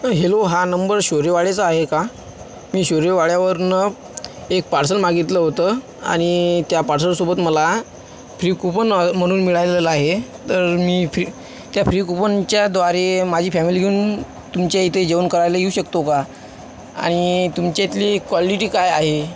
hello हा number शौर्यवाडेचा आहे का मी शौर्यवाड्यावरनं एक पार्सल मागितलं होतं आनि त्या पार्सल सोबत मला फ्री कुपन म्हणून मिळालेलं आहे तर मी फ्रीत्या फ्री कुपनच्याद्वारे माझी फॅमिली घेऊन तुमच्या इथे जेवण करायला येऊ शकतो का आणि तुमच्या इथली क्वालिटी काय आहे